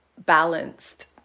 balanced